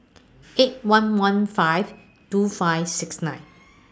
eight one one five two five six nine